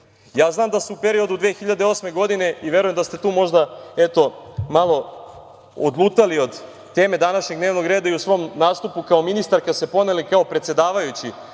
Ja znam da se u periodu 2008. godine, i verujem da ste tu možda, eto malo odlutali od teme današnjeg dnevnog reda i u svom nastupu kao ministarka se poneli kao predsedavajući